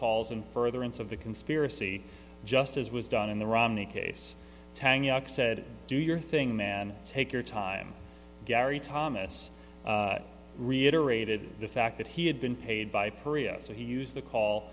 calls and further into the conspiracy just as was done in the romney case tang yok said do your thing then take your time gary thomas reiterated the fact that he had been paid by perea so he used the call